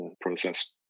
process